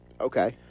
Okay